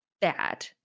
Bad